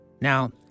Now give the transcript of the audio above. Now